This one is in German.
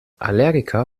allergiker